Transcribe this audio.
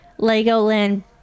Legoland